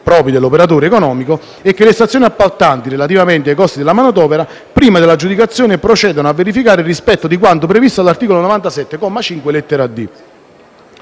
propri dell'operatore economico e che le stazioni appaltanti, relativamente ai costi della manodopera, prima dell'aggiudicazione procedono a verificare il rispetto di quanto previsto all'articolo 97, comma 5,